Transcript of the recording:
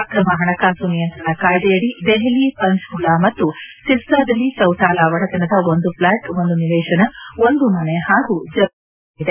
ಅಕ್ರಮ ಹಣಕಾಸು ನಿಯಂತ್ರಣ ಕಾಯ್ದೆಯಡಿ ದೆಹಲಿ ಪಂಚ್ಕುಲಾ ಮತ್ತು ಸಿರ್ಸಾದಲ್ಲಿ ಚೌಟಾಲಾ ಒಡೆತನದ ಒಂದು ಫ್ಲಾಟ್ ಒಂದು ನಿವೇಶನ ಒಂದು ಮನೆ ಹಾಗೂ ಜಮೀನು ವಶಪದಿಸಿಕೊಳ್ಳಲಾಗಿದೆ